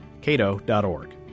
cato.org